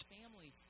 family